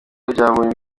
byabonye